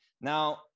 Now